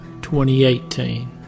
2018